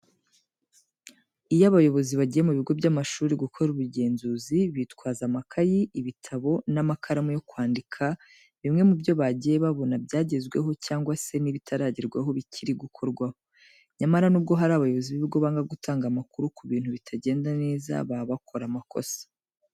Iyo abayobozi bagiye mu bigo by'amashuri gukora ubugenzuzi bitwaza amakayi, ibitabo n'amakaramu yo kwandika bimwe mu byo bagiye babona byagezweho cyangwa se n'ibitaragerwaho bikiri gukorwaho. Nyamara nubwo hari abayobozi b'ibigo banga gutanga amakuru ku bintu bitagenda neza, baba bakora amakosa.